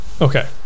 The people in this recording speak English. okay